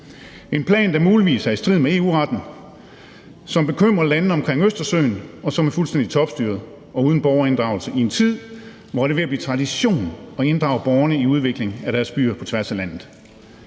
en plan, der muligvis er i strid med EU-retten, som bekymrer landene omkring Østersøen, og som er fuldstændig topstyret og uden borgerinddragelse i en tid, hvor det er ved at blive en tradition at inddrage borgerne i udviklingen af deres byer på tværs af landet.